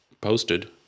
posted